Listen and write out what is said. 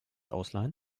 ausleihen